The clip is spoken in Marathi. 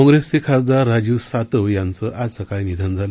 काँग्रेसचे खासदार राजीव सातव यांचं आज सकाळी निधन झालं